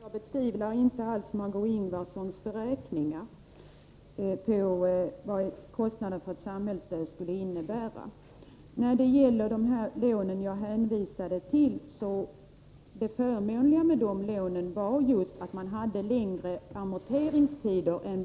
Fru talman! Jag ifrågasätter inte alls Margé Ingvardssons beräkningar av kostnaderna för ett samhällsstöd. Det förmånliga med de lån som jag hänvisade till är just att man har en längre amorteringstid än